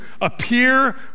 appear